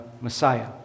Messiah